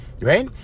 Right